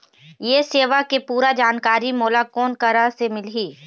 ये सेवा के पूरा जानकारी मोला कोन करा से मिलही?